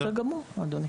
בסדר גמור אדוני.